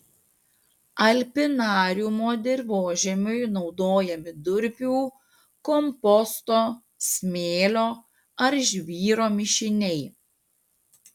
alpinariumo dirvožemiui naudojami durpių komposto smėlio ar žvyro mišiniai